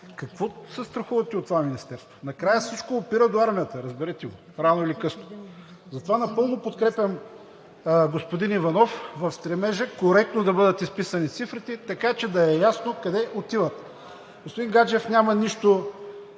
Какво се страхувате от това министерство? Накрая всичко опира до армията, разбирате го, рано или късно. Затова напълно подкрепям господин Иванов в стремежа коректно да бъдат изписани цифрите, така че да е ясно къде отиват. Господин Гаджев, няма нищо